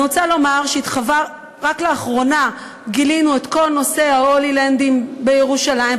אני רוצה לומר שרק לאחרונה גילינו את כל נושא "הולילנד" בירושלים,